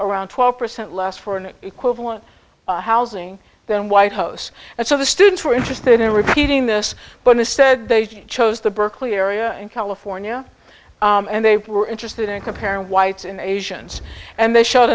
around twelve percent less for an equivalent housing than white house and so the students were interested in repeating this but it is said they chose the berkeley area in california and they were interested in comparing whites and asians and they showed